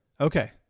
Okay